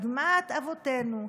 אדמת אבותינו,